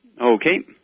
Okay